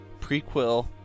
prequel